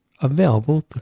available